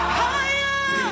higher